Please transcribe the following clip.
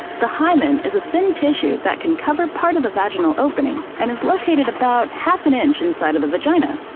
the hymen is a thin tissue that can cover part of the vaginal opening and is located about half an inch inside of the vagina.